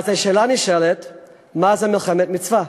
אז נשאלת השאלה: מה זו מלחמת מצווה?